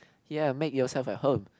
ya make yourself at home